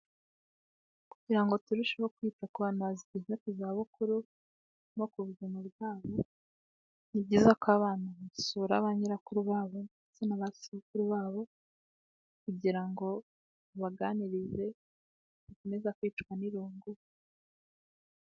Kugira ngo turusheho kwita ku bana bageze mju zabukuru no ku buzima bwabo ni byiza ko abana basura ba nyirakuru babo ndetse na ba sekuru babo kugira ngo babaganirize bakomeza kwicwa n'irungu.